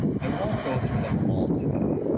i won't go through them all today.